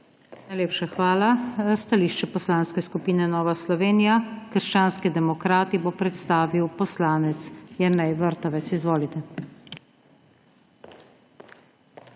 Najlepša hvala. Stališče Poslanske skupine Nova Slovenija – krščanski demokrati bo predstavil poslanec Jernej Vrtovec. Izvolite.